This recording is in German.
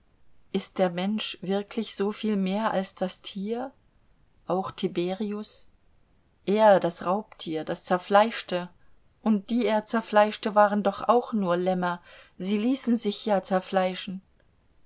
ist der mensch wirklich so viel mehr als das tier auch tiberius er das raubtier das zerfleischte und die er zerfleischte waren doch auch nur lämmer sie ließen sich ja zerfleischen